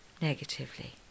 negatively